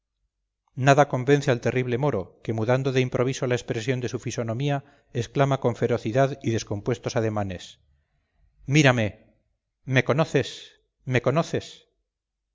nada convence al terrible moro que mudando de improviso la expresión de su fisonomía exclama con ferocidad y descompuestos ademanes el auditorio se